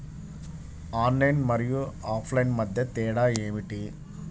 Online మరియు offline మధ్య తేడా ఏమిటీ?